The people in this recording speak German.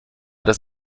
das